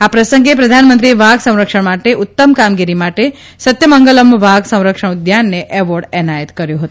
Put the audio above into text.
આ પ્રસંગે પ્રધાનમંત્રીએ વાઘ સંરક્ષણ માટે ઉત્તમ કામગીરી માટે સત્યમંગલમ વાઘ સંરક્ષણ ઉદ્યાનને એવોર્ડ એનાયત કર્યો હતો